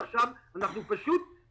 עזבו אותנו, תפתחו.